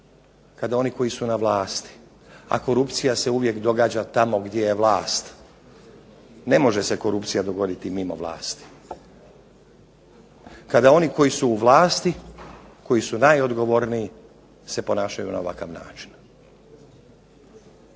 kada oni koji su na vlasti, a korupcija se uvijek događa tamo gdje je vlast, ne može se korupcija dogoditi mimo vlasti kada oni koji su u vlasti, koji su najodgovorniji se ponašaju na ovakav način.